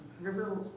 River